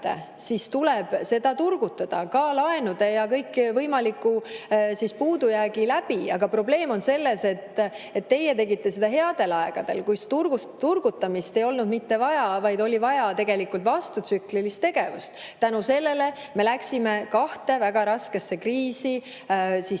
siis tuleb seda turgutada, ka laenude abil ja kõikvõimalikku puudujääki [aktsepteerides]. Aga probleem on selles, et teie tegite seda headel aegadel, kui turgutamist ei olnud mitte vaja, vaid oli vaja tegelikult vastutsüklilist tegevust. Seetõttu me läksime kahte väga raskesse kriisi